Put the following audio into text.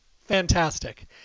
Fantastic